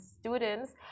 students